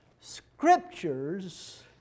scriptures